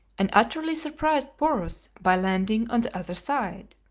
and utterly surprised porus by landing on the other side.